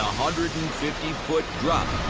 hundred and fifty foot drop.